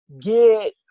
get